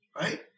right